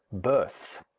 births.